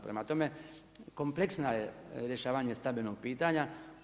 Prema tome, kompleksno je rješenje stambenog pitanja.